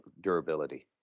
durability